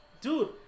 Dude